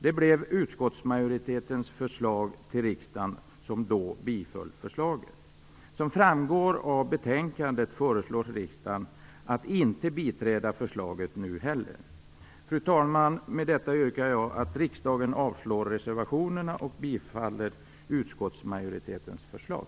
Det blev också utskottsmajoritetens förslag till riksdagen, som då biföll förslaget. Som framgår av betänkandet föreslås riksdagen att inte biträda förslaget nu heller. Fru talman! Med detta yrkar jag att riksdagen avslår reservationerna och bifaller utskottsmajoritetens förslag.